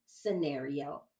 scenario